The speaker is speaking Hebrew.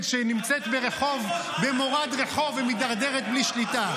שנמצאת במורד רחוב ומידרדרת בלי שליטה.